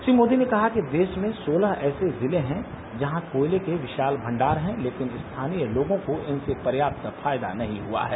श्री मोदी ने कहा कि देश में सोलह ऐसे जिले हैं जहां कोयले के विशाल भंडार हैं लेकिन स्थानीय लोगों को इनसे पर्याप्त फायदा नहीं हुआ है